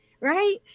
right